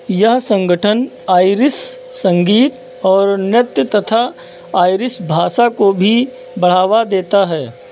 यह सँगठन आयरिश संगीत और नृत्य तथा आयरिश भाषा को भी बढ़ावा देता है